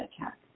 attack